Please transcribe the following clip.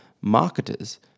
marketers